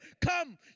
come